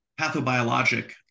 pathobiologic